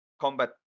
combat